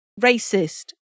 racist